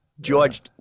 George